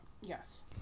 Yes